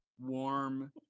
warm